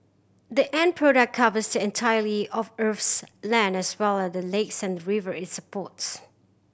the end product covers the entirety of Earth's land as well as the lakes and river it supports